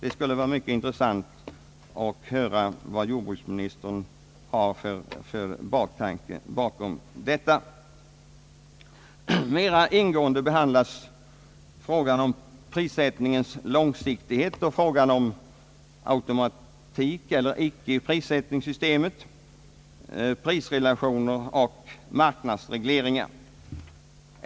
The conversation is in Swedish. Det skulle vara mycket intressant att höra vilka tankar jordbruksministern har bakom detta. Mera ingående behandlas frågorna om prissättningens långsiktighet, automatik eller icke i prissättningssystemet, prisrelationer och marknadsregleringar.